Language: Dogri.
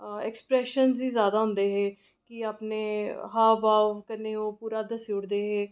एक्सप्रेशन गै जैदा होंदे हे कि अपने हाव् भाव कन्नै ओह् पूरा दस्सी ओड़दे हे